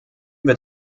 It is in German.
wird